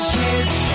kids